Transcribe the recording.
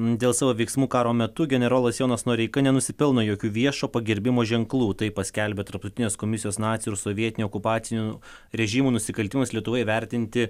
dėl savo veiksmų karo metu generolas jonas noreika nenusipelno jokių viešo pagerbimo ženklų tai paskelbė tarptautinės komisijos nacių ir sovietinio okupacinių režimų nusikaltimams lietuvoje įvertinti